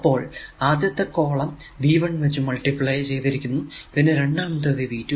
അപ്പോൾ ആദ്യത്തെ column V 1 വച്ച് മൾട്ടിപ്ലൈ ചെയ്തിരിക്കുന്നു പിന്നെ രണ്ടാമത്തേത് V 2